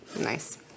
Nice